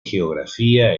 geografía